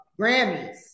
Grammys